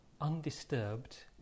undisturbed